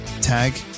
Tag